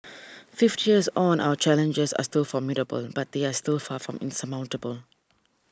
fifty years on our challenges are still formidable but they are still far from insurmountable